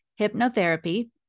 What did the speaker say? hypnotherapy